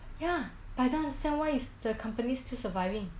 ya but I don't understand why the company is still surviving